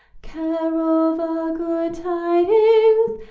carol good tidings,